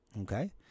okay